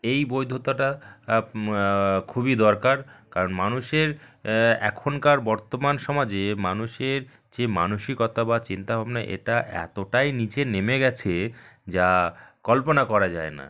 এই বৈধতাটা খুবই দরকার কারণ মানুষের এখনকার বর্তমান সমাজে মানুষের যে মানসিকতা বা চিন্তাভাবনা এটা এতোটাই নিচে নেমে গেছে যা কল্পনা করা যায় না